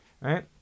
right